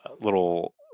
little